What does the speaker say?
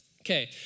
Okay